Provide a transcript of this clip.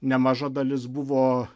nemaža dalis buvo